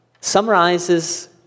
summarizes